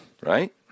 right